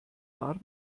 warm